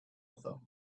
author